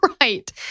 Right